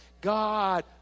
God